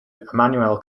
immanuel